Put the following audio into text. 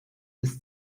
bis